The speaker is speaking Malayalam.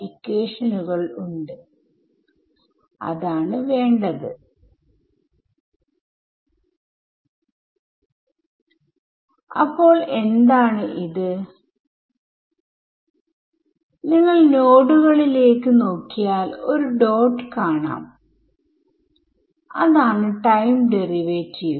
നമ്മൾ എന്ത് ചെയ്യും എന്ന് വെച്ചാൽ നിങ്ങൾ പ്രതീക്ഷിക്കുന്ന സൊല്യൂഷന്റെ ഒരു ട്രയൽ ഫോംനിങ്ങൾ ഊഹിക്കുകയും എന്നിട്ട് അത് പകരം വെക്കുകയും ചെയ്യും